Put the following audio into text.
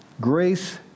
Grace